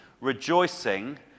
rejoicing